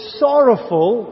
sorrowful